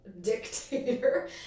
dictator